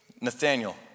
Nathaniel